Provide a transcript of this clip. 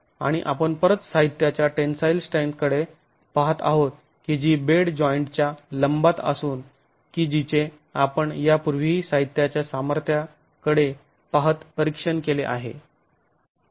आणि आपण परत साहित्याच्या टेंन्साईल स्ट्रेंथ कडे पाहत आहोत की जी बेड जॉईंट च्या लंबात असून की जीचे आपण यापूर्वीही साहीत्याच्या सामार्थ्याकडे पाहत परीक्षण केले आहे